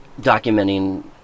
documenting